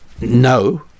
no